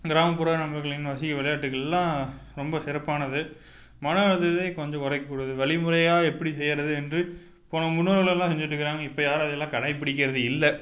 கிராமப்புற நண்பர்களின் வசி விளையாட்டுகள்லாம் ரொம்ப சிறப்பானது மன அழுத்தத்தை கொஞ்சம் குறைக்க கூடியது வழிமுறையாக எப்படி செய்கிறது என்று போன முன்னோர்கள் எல்லாம் செஞ்சுட்டு இருக்கிறாங்க இப்போ யாரும் அதையெல்லாம் கடைப்பிடிக்கிறது இல்லை